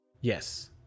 yes